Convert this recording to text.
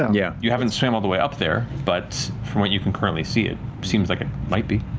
yeah you haven't swam all the way up there, but from what you can currently see it seems like it might be.